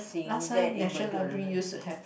last time National Library used to have